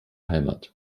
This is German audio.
heimat